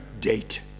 date